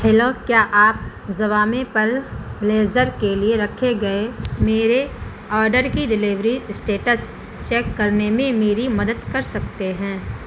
hello کیا آپ زوامے پر بلیزر کے لیے رکھے گئے میرے آرڈر کی ڈیلیوری اسٹیٹس چیک کرنے میں میری مدد کر سکتے ہیں